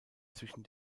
zwischen